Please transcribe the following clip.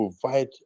provide